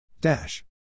Dash